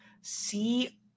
see